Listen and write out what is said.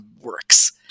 works